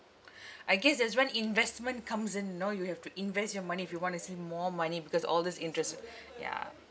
I guess that's when investment comes in you know you have to invest your money if you want to see more money because all this interest ya